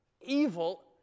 evil